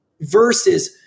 Versus